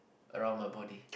around my body